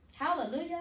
hallelujah